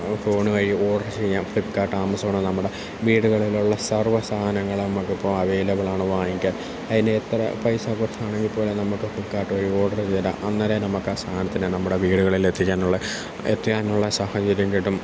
phone വഴി order ചെയ്യാം Flipkart Amazon നമ്മുടെ വീടുകളിലുള്ള സർവ്വസാധനങ്ങളും നമുക്കിപ്പം അവൈലബിളാണ് വാങ്ങിക്കാൻ അതിൽ എത്ര പൈസ പ്രശ്നമാണെങ്കിൽപ്പോലും നമുക്ക് ഫ്ലിപ്കാർട് വഴി ഓർഡർ ചെയ്താൽ അന്നേരം നമുക്കാ സാധനത്തിനെ നമ്മുടെ വീടുകളിൽ എത്തിക്കാനുള്ള എത്താനുള്ള സാഹചര്യം കിട്ടും